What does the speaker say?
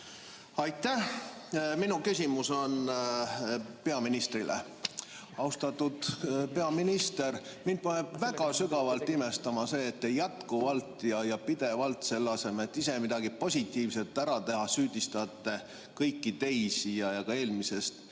Aitäh! Mu küsimus on peaministrile. Austatud peaminister! Mind paneb väga sügavalt imestama see, et te jätkuvalt ja pidevalt, selle asemel et ise midagi positiivset ära teha, süüdistate kõiki teisi ja ka eelmist